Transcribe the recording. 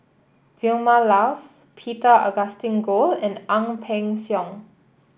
Vilma Laus Peter Augustine Goh and Ang Peng Siong